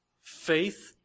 Faith